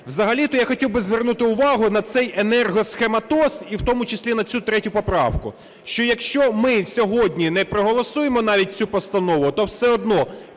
Взагалі-то я хотів звернути увагу на цей енерго-схематоз і в тому числі на цю 3 поправку. Що якщо ми сьогодні не проголосуємо навіть цю постанову, то все одно